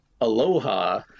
aloha